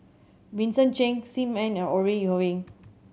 Vincent Cheng Sim Ann and Ore Huiying